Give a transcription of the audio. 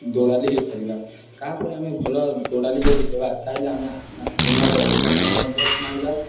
ଦୌଡ଼ାଲି ହୋଇପାରିବା ତାପରେ ଆମେ ଭଲ ଦୌଡ଼ାଲି ଯଦି ହେବା ତାହେଲେ ଆମେ ଦୁନିଆରେ ଅଧିକ ନାମ ମଧ୍ୟ କମାଇବା